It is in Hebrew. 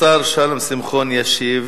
השר שלום שמחון ישיב.